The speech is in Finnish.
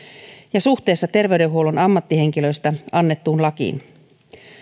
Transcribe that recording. ja suhteessa terveydenhuollon ammattihenkilöistä annettuun lakiin